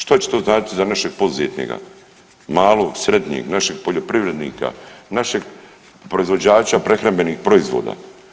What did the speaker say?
Što će to značiti za našeg poduzetnika, malog, srednjeg, našeg poljoprivrednika, našeg proizvođača prehrambenih proizvoda?